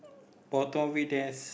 bottom of it there's